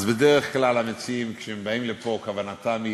אז בדרך כלל המציעים, כשהם מגיעים לפה, כוונתם היא